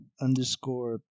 underscore